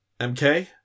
MK